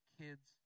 kids